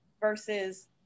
versus